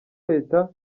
leta